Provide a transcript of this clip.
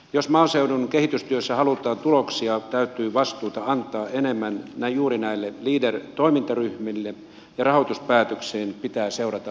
jos maaseudun kehitystyössä halutaan tuloksia täytyy vastuuta antaa enemmän juuri näille leader toimintaryhmille ja rahoituspäätöksen pitää seurata nopeammin toimintaa